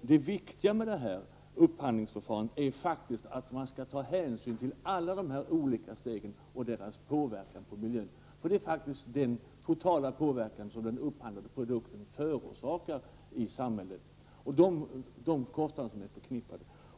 Det viktiga med upphandlingsförfarandet är att man skall ta hänsyn till alla de här olika stegen och deras påverkan på miljön, alltså den totala påverkan som den upphandlade produkten förorsakar i samhället och de kostnader som är förknippade med detta.